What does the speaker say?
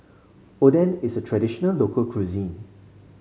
Oden is a traditional local cuisine